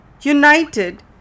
united